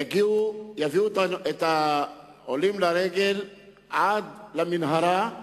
יביאו את העולים לרגל עד למנהרה.